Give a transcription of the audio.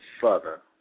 further